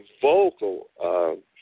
vocal